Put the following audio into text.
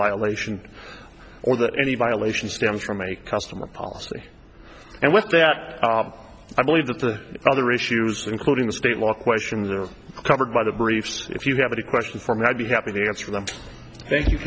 violation or that any violation stems from a customer policy and with that i believe that the other issues including the state law question that are covered by the briefs if you have any questions for me i'd be happy to answer them thank you